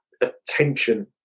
attention